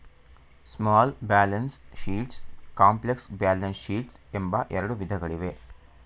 small balance sheets, complex balance sheets ಎಂಬ ಎರಡು ವಿಧಗಳಿವೆ